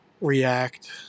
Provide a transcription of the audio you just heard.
react